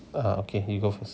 ah okay you go first